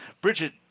Bridget